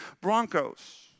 Broncos